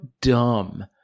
dumb